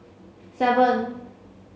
seven